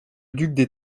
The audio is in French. duc